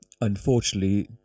unfortunately